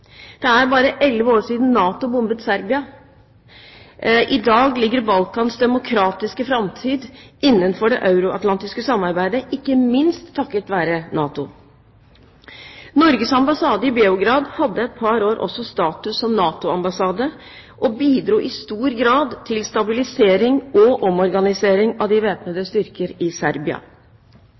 Det er bare elleve år siden NATO bombet Serbia. I dag ligger Balkans demokratiske framtid innenfor det euroatlantiske samarbeidet, ikke minst takket være NATO. Norges ambassade i Beograd hadde et par år også status som NATO-ambassade og bidro i stor grad til stabilisering og omorganisering av de væpnede styrker i Serbia.